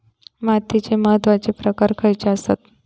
मातीचे महत्वाचे प्रकार खयचे आसत?